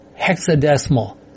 Hexadecimal